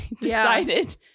decided